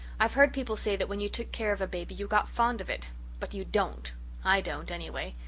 i've heard people say that when you took care of a baby you got fond of it but you don't i don't, anyway.